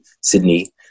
Sydney